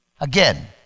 Again